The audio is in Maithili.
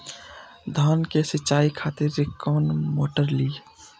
धान के सीचाई खातिर कोन मोटर ली?